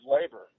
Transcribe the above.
labor